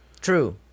True